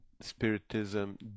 Spiritism